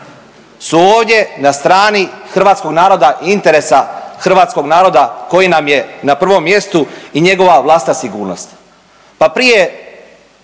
su ovdje na strani hrvatskog naroda i interesa hrvatskog naroda koji nam je na prvom mjestu i njegova vlastita sigurnost. Pa prije